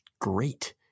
great